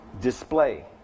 display